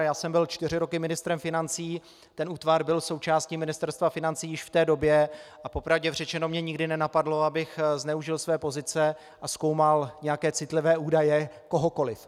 Já jsem byl čtyři roky ministrem financí, ten útvar byl součástí Ministerstva financí již v té době a po pravdě řečeno mě nikdy nenapadlo, abych zneužil své pozice a zkoumal nějaké citlivé údaje kohokoliv.